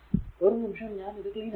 ഒരു നിമിഷം ഞാൻ ഇത് ക്ലീൻ ആക്കുന്നു